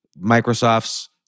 Microsoft's